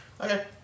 Okay